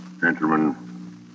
Gentlemen